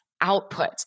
output